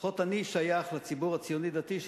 לפחות אני שייך לציבור הציוני-דתי,